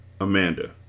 Amanda